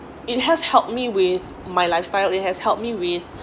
it has helped me with my lifestyle it has helped me with